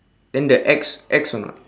then the X X or not